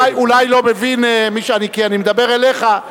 אני מדבר אליך.